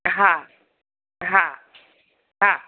हा हा हा